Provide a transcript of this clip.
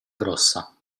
grossa